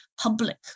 public